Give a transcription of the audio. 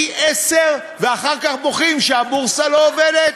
פי-עשרה, ואחר כך בוכים שהבורסה לא עובדת.